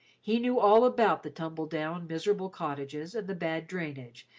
he knew all about the tumble-down, miserable cottages, and the bad drainage,